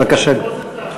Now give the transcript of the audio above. בבקשה.